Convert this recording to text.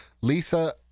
Lisa